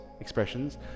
expressions